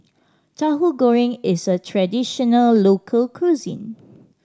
Tauhu Goreng is a traditional local cuisine